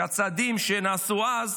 שהצעדים שנעשו אז